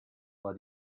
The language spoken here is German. war